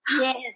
Yes